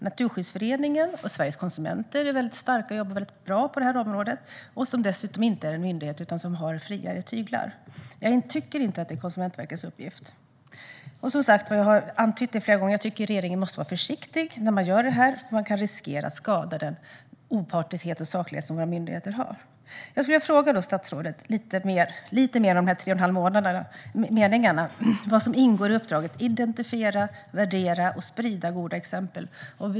Naturskyddsföreningen och Sveriges Konsumenter är väldigt starka och jobbar väldigt bra på det här området. De är dessutom inte en myndighet utan har friare tyglar. Jag tycker inte att det är Konsumentverkets uppgift. Jag har antytt flera gånger att regeringen måste vara försiktig när den gör detta. Man kan riskera att skada den opartiskhet och saklighet som våra myndigheter har. Jag skulle vilja fråga statsrådet lite mer om de tre och en halv meningarna om vad som ingår i uppdraget. Det handlar om identifiera, värdera och sprida goda exempel.